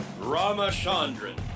Ramachandran